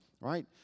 right